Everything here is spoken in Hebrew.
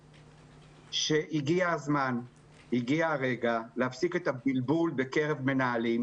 הגיע הזמן להפסיק את הבלבול בקרב מנהלים.